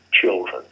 children